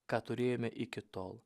ką turėjome iki tol